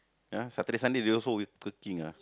ah Saturday Sunday they also w~ working ah